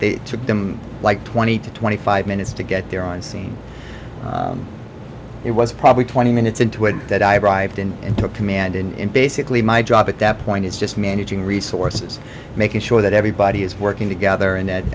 they took them like twenty to twenty five minutes to get there on scene it was probably twenty minutes into it that i arrived in and took command in basically my job at that point is just managing resources making sure that everybody is working together and the